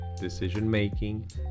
decision-making